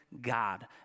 God